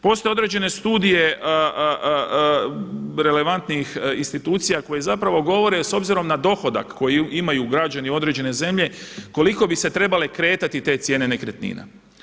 Postoje određene studije relevantnih institucija koje zapravo govore s obzirom na dohodak koji imaju građani određene zemlje koliko bi se trebale kretati te cijene nekretnina.